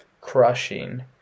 crushing